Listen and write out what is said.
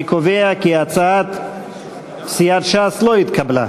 אני קובע כי הצעת סיעת ש"ס לא התקבלה.